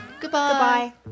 Goodbye